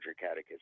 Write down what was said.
catechism